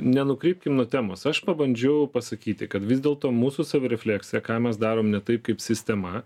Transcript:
nenukrypkim nuo temos aš pabandžiau pasakyti kad vis dėlto mūsų savirefleksija ką mes darom ne taip kaip sistema